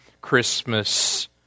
Christmas